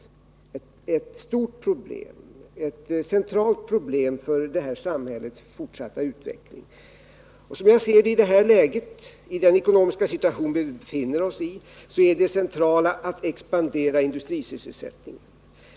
Det är ett stort och centralt problem för det här samhällets fortsatta utveckling. Som jag ser det och med tanke på den ekonomiska situation vi befinner oss i är vår centrala uppgift att åstadkomma en expansion av industrisysselsättningen.